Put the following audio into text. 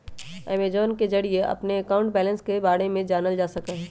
Amazon pay के जरिए अपन अकाउंट बैलेंस के बारे में जानल जा सका हई